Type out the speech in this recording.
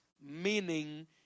Meaning